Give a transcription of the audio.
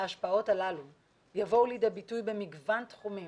ההשפעות הללו יבואו לידי ביטוי במגוון תחומים,